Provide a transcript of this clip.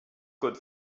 good